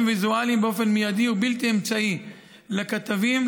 ויזואליים באופן מיידי ובלתי אמצעי לכתבים,